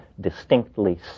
distinctly